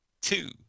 Two